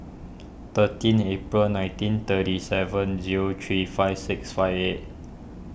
thirteen April nineteen thirty seven zero three five six five eight